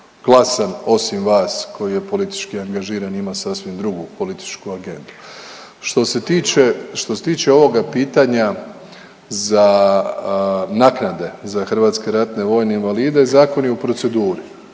glasan osim vas koji je politički angažiran i ima sasvim drugu političku agendu. Što se tiče, što se tiče ovoga pitanja za naknade za hrvatske ratne vojne invalide zakon je u proceduri,